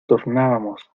tornábamos